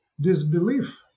disbelief